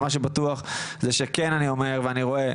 אבל מה שבטוח זה שאני כן אומר ורואה,